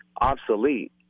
obsolete